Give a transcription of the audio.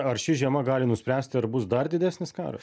ar ši žiema gali nuspręsti ar bus dar didesnis karas